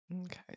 Okay